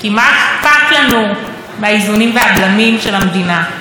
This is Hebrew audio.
כי מה אכפת לנו מהאיזונים והבלמים של המדינה.